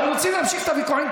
אתם רוצים להמשיך את הוויכוחים,